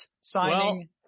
signing